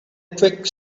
quick